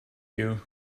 you